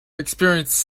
experience